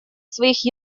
своих